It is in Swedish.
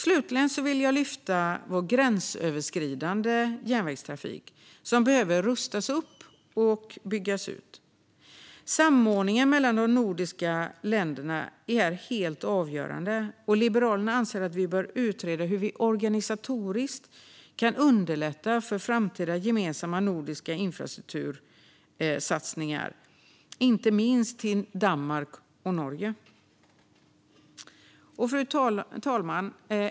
Slutligen vill jag lyfta fram vår gränsöverskridande järnvägstrafik som behöver rustas upp och byggas ut. Samordningen mellan de nordiska länderna är helt avgörande. Liberalerna anser att vi bör utreda hur vi organisatoriskt kan underlätta för framtida, gemensamma nordiska infrastruktursatsningar, inte minst trafik till Danmark och Norge. Fru talman!